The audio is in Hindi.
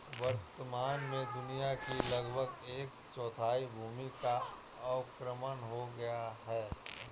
वर्तमान में दुनिया की लगभग एक चौथाई भूमि का अवक्रमण हो गया है